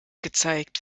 gezeigt